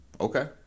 Okay